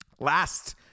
Last